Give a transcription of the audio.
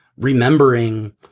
remembering